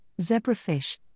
zebrafish